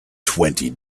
twenty